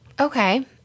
Okay